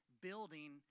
building